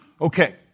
Okay